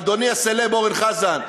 אדוני הסלב אורן חזן,